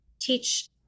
teach